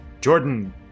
Jordan